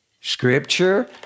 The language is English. Scripture